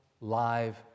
live